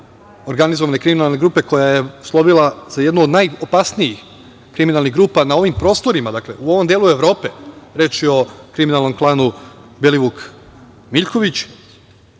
organizovane kriminalne grupe, koja je slovila za jednu od najopasnijih kriminalnih grupa na ovim prostorima u ovom delu Evrope. Reč je o kriminalnom klanu Belivuk – Miljković.